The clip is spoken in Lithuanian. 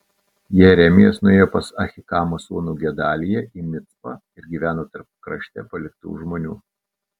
jeremijas nuėjo pas ahikamo sūnų gedaliją į micpą ir gyveno tarp krašte paliktų žmonių